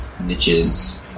niches